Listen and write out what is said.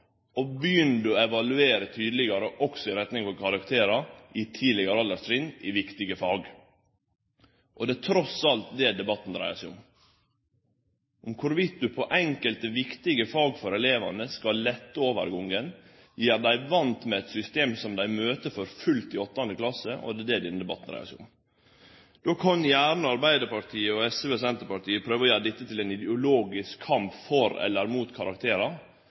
tydelegare, òg i retning av karakterar på tidlegare alderstrinn i viktige fag. Det er trass i alt det debatten dreiar seg om, om ein i enkelte viktige fag for elevane skal lette overgangen, gjere dei vante med eit system som dei møter for fullt i 8. klasse – det er det denne debatten dreiar seg om. Då kan gjerne Arbeidarpartiet, SV og Senterpartiet prøve å gjere dette til ein ideologisk kamp for eller mot karakterar,